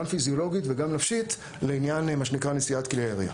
פיזיולוגית וגם נפשית לעניין נשיאת כלי ירייה.